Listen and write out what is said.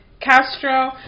Castro